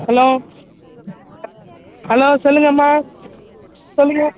hello hello சொல்லுங்கம்மா சொல்லுங்க